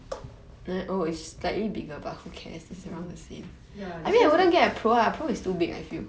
where